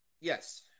Yes